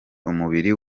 umubiri